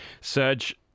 Serge